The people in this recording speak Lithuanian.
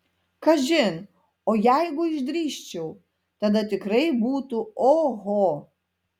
kažin o jeigu išdrįsčiau tada tikrai būtų oho